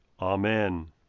Amen